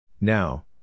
Now